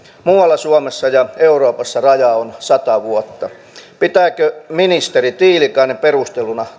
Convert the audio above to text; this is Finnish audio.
muualla suomessa ja euroopassa raja on sata vuotta pitääkö ministeri tiilikainen perusteltuna